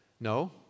No